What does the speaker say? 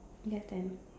yes stand